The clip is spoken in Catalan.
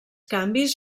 canvis